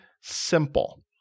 simple